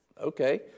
Okay